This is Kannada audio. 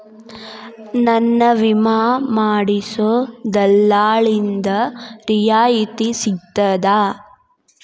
ನನ್ನ ವಿಮಾ ಮಾಡಿಸೊ ದಲ್ಲಾಳಿಂದ ರಿಯಾಯಿತಿ ಸಿಗ್ತದಾ?